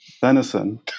venison